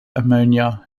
ammonia